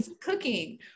cooking